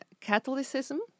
Catholicism